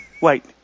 Wait